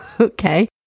Okay